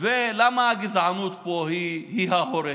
למה הגזענות פה היא ההורגת?